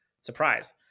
surprise